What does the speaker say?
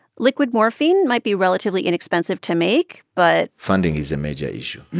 liquid morphine might be relatively inexpensive to make, but. funding is a major issue.